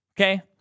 Okay